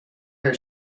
her